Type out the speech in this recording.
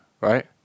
right